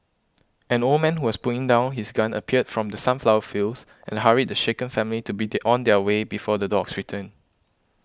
an old man who was putting down his gun appeared from the sunflower fields and hurried the shaken family to begin on their way before the dogs return